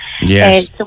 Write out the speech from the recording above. Yes